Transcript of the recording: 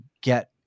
get